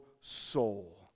soul